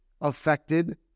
affected